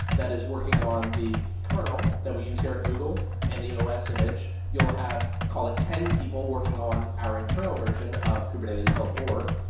that is working on the kernel that we use here at google and the os image, you'll have, call it ten people, working on our internal version of kubernetes, called org,